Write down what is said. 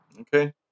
okay